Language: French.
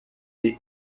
des